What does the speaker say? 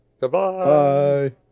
Goodbye